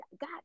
god